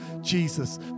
Jesus